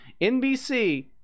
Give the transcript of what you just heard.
NBC